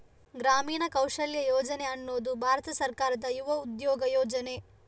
ಗ್ರಾಮೀಣ ಕೌಶಲ್ಯ ಯೋಜನೆ ಅನ್ನುದು ಭಾರತ ಸರ್ಕಾರದ ಯುವ ಉದ್ಯೋಗ ಯೋಜನೆ